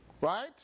Right